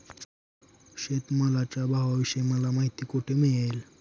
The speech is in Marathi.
शेतमालाच्या भावाविषयी मला माहिती कोठे मिळेल?